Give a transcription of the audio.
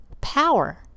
power